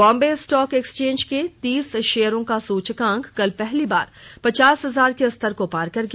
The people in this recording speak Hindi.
बॉम्बे स्टाक एक्सचेंज के तीस शेयरों का सूचकांक कल पहली बार पचास हजार के स्तर को पार कर गया